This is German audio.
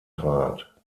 trat